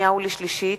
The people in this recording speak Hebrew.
(תיקון);